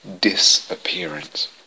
disappearance